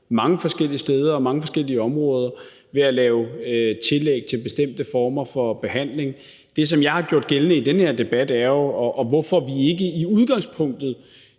mange forskellige steder og på mange forskellige områder ved at lave tillæg til bestemte former for behandling. Det, som jeg har gjort gældende i den her debat, er jo spørgsmålet om, hvorfor vi ikke i udgangspunktet